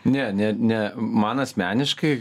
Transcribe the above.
ne ne ne man asmeniškai